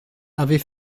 avait